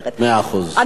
מאה אחוז, אוקיי.